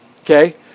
Okay